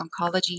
oncology